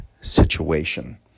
situation